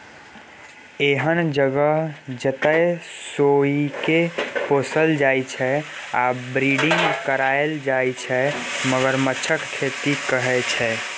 एहन जगह जतय सोंइसकेँ पोसल जाइ छै आ ब्रीडिंग कराएल जाइ छै मगरमच्छक खेती कहय छै